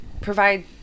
provide